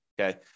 okay